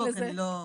זה הרבה מספרים.